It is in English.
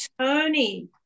Tony